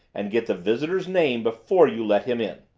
and get the visitor's name before you let him in.